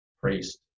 priest